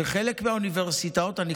שחלק מהאוניברסיטאות והמכללות,